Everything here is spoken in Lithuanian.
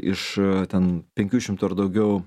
iš ten penkių šimtų ar daugiau